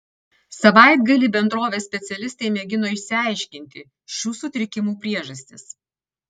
savaitgalį bendrovės specialistai mėgino išsiaiškinti šių sutrikimų priežastis